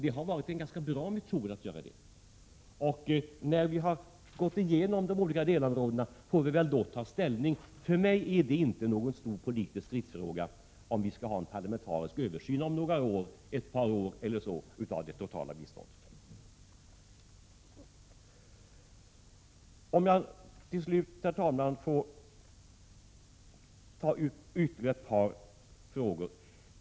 Det har varit en ganska bra metod. När vi har gått igenom de olika delområdena får vi ta ställning. För mig är det inte någon stor politisk stridsfråga om vi skall ha en parlamentarisk översyn av det totala biståndet om ett par år eller så. Herr talman! Jag vill ta upp ytterligare ett par frågor.